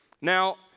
Now